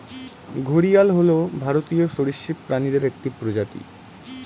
ঘড়িয়াল হল ভারতীয় সরীসৃপ প্রাণীদের একটি প্রজাতি